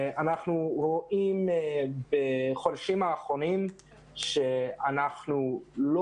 אנחנו רואים בחודשים האחרונים שאנחנו לא